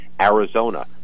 Arizona